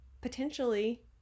potentially